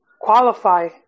qualify